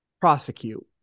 prosecute